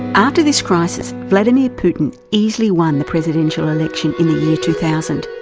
after this crisis, vladimir putin easily won the presidential election in the year two thousand,